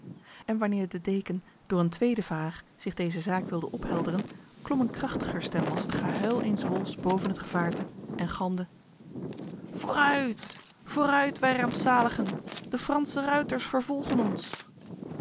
en wanneer de deken door een tweede vraag zich deze zaak wilde ophelderen klom een krachtiger stem als het gehuil eens wolfs boven het gevaarte en galmde vooruit vooruit wij rampzaligen de franse ruiters vervolgen ons